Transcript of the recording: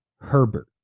Herbert